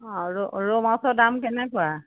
অঁ ৰৌ ৰৌ মাছৰ দাম কেনেকুৱা